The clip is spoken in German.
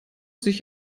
sich